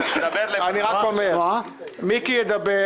מיקי ידבר